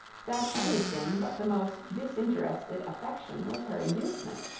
that any thing but the most disinterested affection was her inducement?